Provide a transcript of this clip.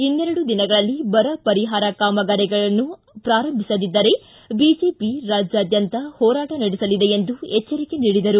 ಇನ್ನೆರಡು ದಿನಗಳಲ್ಲಿ ಬರ ಪರಿಹಾರ ಕಾಮಗಾರಿಗಳನ್ನು ಪ್ರಾರಂಭಿಸದಿದ್ದರೆ ಬಿಜೆಪಿ ರಾಜ್ಯಾದ್ವಂತ ಹೋರಾಟ ನಡೆಸಲಿದೆ ಎಂದು ಎಚ್ಚರಿಕೆ ನೀಡಿದರು